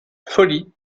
folies